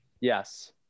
Yes